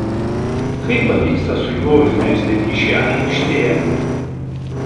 kaip pavyksta su juo užmegzti ryšį aikštėje